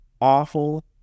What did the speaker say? awful